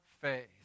faith